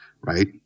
Right